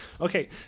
Okay